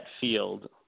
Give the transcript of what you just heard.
field